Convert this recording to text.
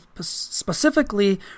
specifically